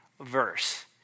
verse